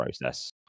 process